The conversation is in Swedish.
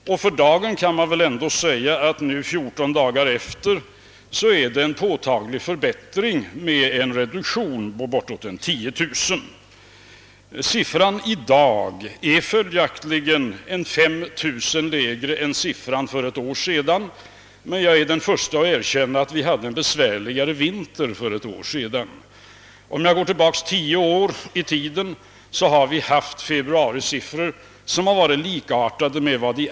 Fjorton dagar efteråt kan man nu säga att det har skett en påtaglig förbättring med en reduktion av arbetslöshetssiffran på omkring 10 000. Siffran i dag är sålunda 5 000 lägre än för ett år sedan. Jag är emellertid den förste att erkänna att vi hade en besvärlig vinter förra året. Under den senaste 10-årsperioden har vi ett par gånger haft februarisiffror likartade med dagens.